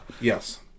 Yes